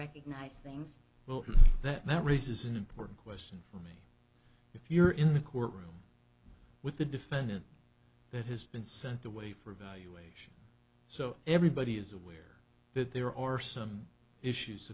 recognize things well that raises an important question for me if you're in the courtroom with a defendant that has been sent away for evaluation so everybody is aware that there are some issues